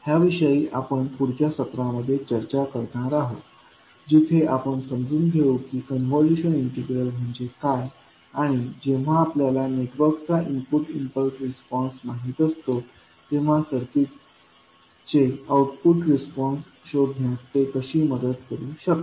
ह्याविषयी आपण पुढच्या सत्रामध्ये चर्चा करणार आहोत जिथे आपण समजून घेऊ की कॉन्व्होल्यूशन इंटिग्रल म्हणजे काय आणि जेव्हा आपल्याला नेटवर्कचा इनपुट इम्पल्स रिस्पॉन्स माहिती असतो तेव्हा सर्किटचे आउटपुट रिस्पॉन्स शोधण्यात ते कशी मदत करू शकते